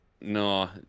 No